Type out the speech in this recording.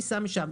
תיסע מכאן.